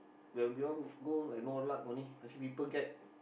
when we all go like no luck only I see people get